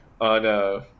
on